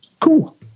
cool